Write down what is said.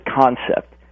concept